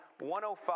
105